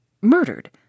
murdered